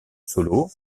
solo